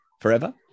forever